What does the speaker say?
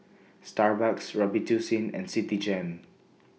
Starbucks Robitussin and Citigem